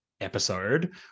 episode